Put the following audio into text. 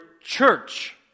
church